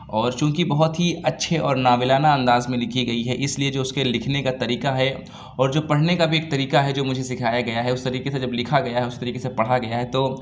اور چوں کہ بہت اچھے اور ناولانہ انداز میں لکھی گئی ہے اِس لیے جو اِس کے لکھنے کا طریقہ ہے اور جو پڑھنے کا بھی ایک طریقہ ہے جو مجھے سکھایا گیا ہے اُس طریقے سے جب لکھا گیا ہے اُس طریقے سے پڑھا گیا ہے تو